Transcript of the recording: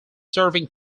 serving